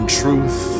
truth